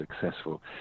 successful